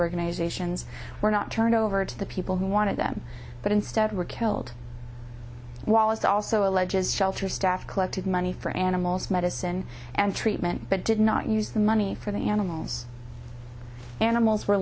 organizations were not turned over to the people who wanted them but instead were killed wallace also alleges shelter staff collected money for animals medicine and treatment but did not use the money for the animals animals were